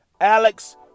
Alex